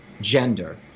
gender